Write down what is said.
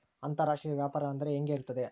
ಅಂತರಾಷ್ಟ್ರೇಯ ವ್ಯಾಪಾರ ಅಂದರೆ ಹೆಂಗೆ ಇರುತ್ತದೆ?